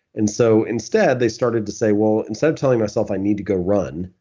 and so instead, they started to say, well, instead of telling myself, i need to go run,